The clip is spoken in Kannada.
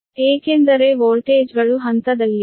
ಏಕೆಂದರೆ ವೋಲ್ಟೇಜ್ಗಳು ಹಂತದಲ್ಲಿವೆ